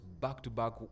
back-to-back